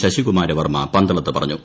ശശികമാര വർമ്മ പന്തളത്ത് പറഞ്ഞു